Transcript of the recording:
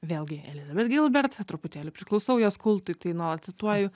vėlgi elizabet gilbert truputėlį priklausau jos kultui tai nuolat cituoju